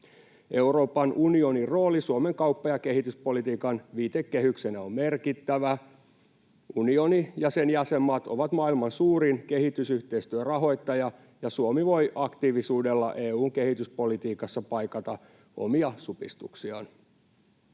Euroopan unionin rooli Suomen kauppa- ja kehityspolitiikan viitekehyksenä on merkittävä. Unioni ja sen jäsenmaat ovat maailman suurin kehitysyhteistyön rahoittaja, ja Suomi voi aktiivisuudella EU:n kehityspolitiikassa paikata omia supistuksiaan.